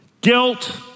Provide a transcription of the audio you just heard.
guilt